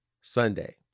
Sunday